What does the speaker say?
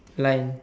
line